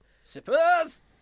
Sippers